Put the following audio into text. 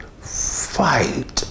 fight